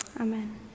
amen